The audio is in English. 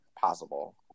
possible